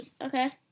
Okay